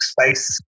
space